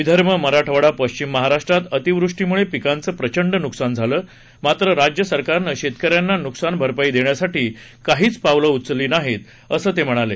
विदर्भ मराठवाडा पश्चिम महाराष्ट्रात अतिवृष्टीमुळे पिकांचं प्रचंड नुकसान झालं मात्र राज्य सरकारनं शेतकऱ्यांना नुकसान भरपाई देण्यासाठी काहीच पावलं उचललेली नाहित असं ते म्हणाले